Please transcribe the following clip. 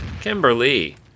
Kimberly